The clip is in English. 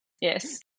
Yes